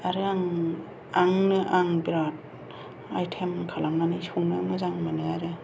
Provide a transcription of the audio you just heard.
आरो आं आंनो बेराद आइटेम खालामनानै संनो मोजां मोनो आरो